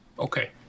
Okay